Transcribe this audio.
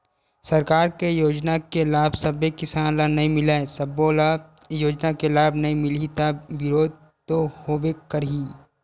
सरकार के योजना के लाभ सब्बे किसान ल नइ मिलय, सब्बो ल योजना के लाभ नइ मिलही त बिरोध तो होबे करही